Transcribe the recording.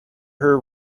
her